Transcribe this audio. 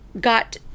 got